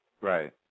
Right